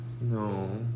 No